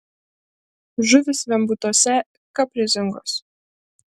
žuvys vembūtuose kaprizingos